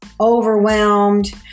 overwhelmed